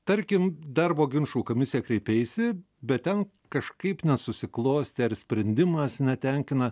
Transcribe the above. tarkim darbo ginčų komisiją kreipeisi bet ten kažkaip nesusiklostė ar sprendimas netenkina